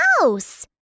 house